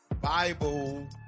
Bible